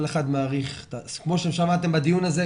כמו ששמעתם בדיון הזה,